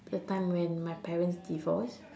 the time when my parents divorce